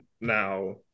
now